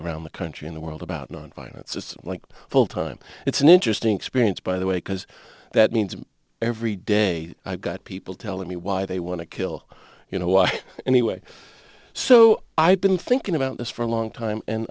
around the country in the world about nonviolence just like full time it's an interesting experience by the way because that means every day i've got people telling me why they want to kill you know what anyway so i've been thinking about this for a long time and